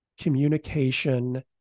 communication